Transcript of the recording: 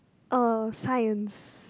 oh science